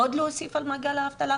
עוד להוסיף על מעגל האבטלה?